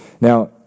Now